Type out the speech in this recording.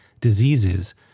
Diseases